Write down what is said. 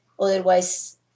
otherwise